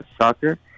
soccer